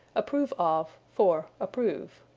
approve of for approve.